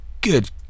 good